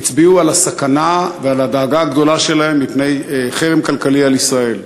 הצביעו על הסכנה ועל הדאגה הגדולה שלהם מפני חרם כלכלי על ישראל.